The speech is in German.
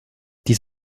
dies